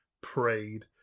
prayed